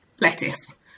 lettuce